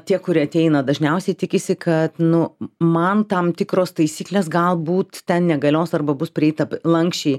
tie kurie ateina dažniausiai tikisi kad nu man tam tikros taisyklės galbūt ten negalios arba bus prieita lanksčiai